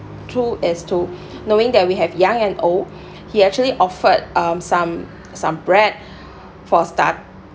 through is to knowing that we have young and old he actually offered um some some bread for start